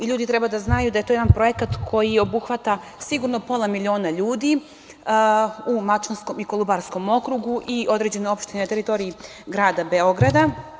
Ljudi treba da znaju da je to jedan projekat koji obuhvata sigurno pola miliona ljudi u Mačvanskom i Kolubarskom okrugu i određene opštine na teritoriji grada Beograda.